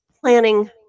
planning